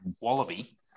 wallaby